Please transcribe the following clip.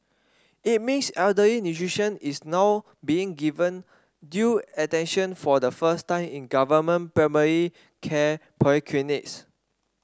it means elderly nutrition is now being given due attention for the first time in government primary care polyclinics